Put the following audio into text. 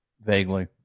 Vaguely